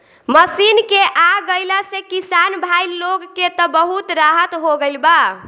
machine के आ गईला से किसान भाई लोग के त बहुत राहत हो गईल बा